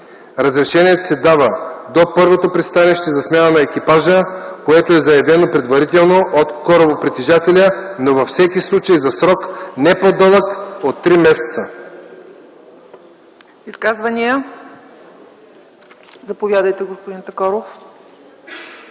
Разрешението се дава до първото пристанище за смяна на екипажа, което е заявено предварително от корабопритежателя, но във всеки случай за срок, не по-дълъг от три месеца.”